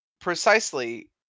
Precisely